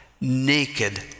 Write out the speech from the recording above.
naked